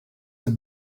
have